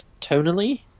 tonally